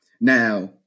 Now